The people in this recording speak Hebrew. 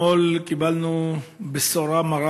אתמול קיבלנו בשורה מרה